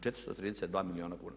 432 milijuna kuna.